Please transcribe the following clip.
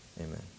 amen